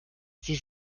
sie